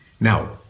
Now